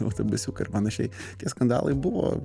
autobusiuką ir panašiai tie skandalai buvo